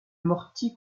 mortier